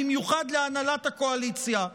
ובמיוחד להנהלת הקואליציה.